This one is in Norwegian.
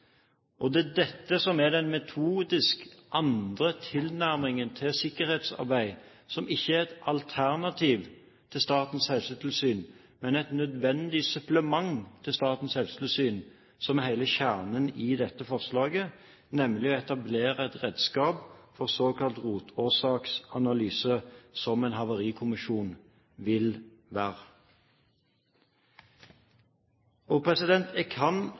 konsekvenser. Det er dette som er den metodisk andre tilnærmingen til sikkerhetsarbeid, som ikke er et alternativ til Statens helsetilsyn, men et nødvendig supplement til Statens helsetilsyn, som er hele kjernen i dette forslaget, nemlig å etablere et redskap for såkalt rotårsaksanalyse, som en havarikommisjon vil være. Jeg kan